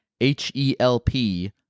H-E-L-P